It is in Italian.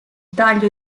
taglio